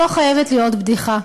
זו חייבת להיות בדיחה.